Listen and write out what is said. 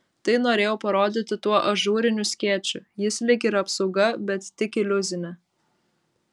tai norėjau parodyti tuo ažūriniu skėčiu jis lyg ir apsauga bet tik iliuzinė